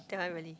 that one really